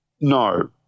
no